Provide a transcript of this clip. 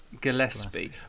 Gillespie